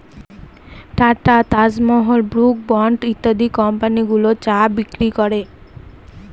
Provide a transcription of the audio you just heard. tata, Taj Mahal, Brooke Bond ইত্যাদি company গুলো চা বিক্রি করে